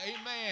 Amen